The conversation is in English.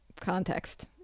context